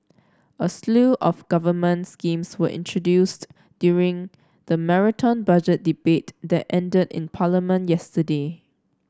a slew of government schemes was introduced during the Marathon Budget Debate that ended in Parliament yesterday